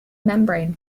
membrane